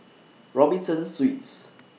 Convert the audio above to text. Robinson Suites